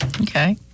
Okay